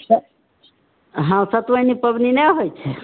हॅं सतुआइनि पाबनि नहि होइ छै